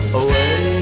away